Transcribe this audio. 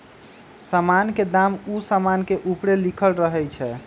समान के दाम उ समान के ऊपरे लिखल रहइ छै